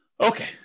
Okay